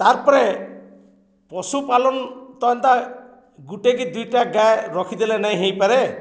ତା'ର୍ ପରେ ପଶୁପାଲନ୍ ତ ଏନ୍ତା ଗୁଟେକି ଦୁଇଟା ଗାଏ ରଖିଦେଲେ ନାଇଁ ହୋଇପାରେ